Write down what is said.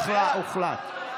הוחלט.